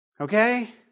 Okay